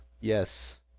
Yes